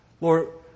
Lord